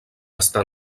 està